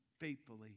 faithfully